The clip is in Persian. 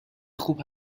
خوب